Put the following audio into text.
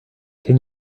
can